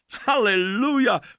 hallelujah